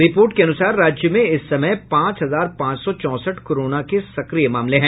report के अनुसार राज्य में इस समय पांच हजार पांच सौ चौंसठ कोरोना के सक्रिय मामले हैं